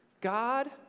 God